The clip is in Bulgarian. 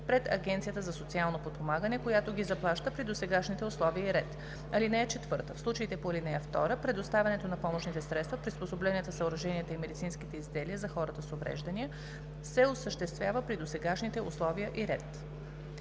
пред Агенцията за социално подпомагане, която ги заплаща при досегашните условия и ред. (4) В случаите по ал. 2 предоставянето на помощните средства, приспособленията, съоръженията и медицинските изделия за хората с увреждания се осъществява при досегашните условия и ред.“